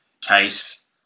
case